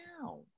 now